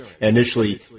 initially